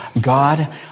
God